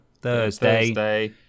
Thursday